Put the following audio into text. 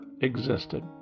existed